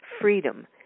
freedom